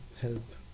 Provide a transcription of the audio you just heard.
help